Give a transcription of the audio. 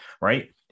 right